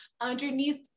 underneath